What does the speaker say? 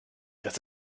das